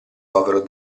povero